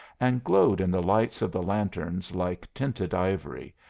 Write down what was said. and glowed in the lights of the lanterns like tinted ivory,